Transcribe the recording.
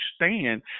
understand